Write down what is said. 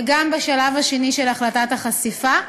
וגם בשלב השני של החלטת החשיפה.